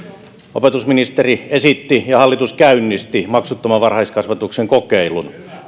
opetusministeri esitti ja hallitus käynnisti maksuttoman varhaiskasvatuksen kokeilun